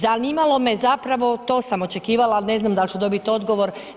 Zanimalo me zapravo, to sam očekivala ali ne znam da li u dobiti odgovor.